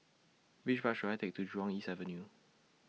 Which Bus should I Take to Jurong East Avenue